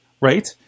right